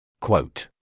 Quote